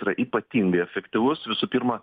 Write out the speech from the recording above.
yra ypatingai efektyvus visų pirma